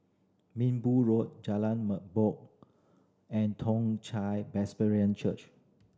Minbu Road Jalan Merbok and Toong Chai Presbyterian Church